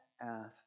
ask